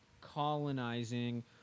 colonizing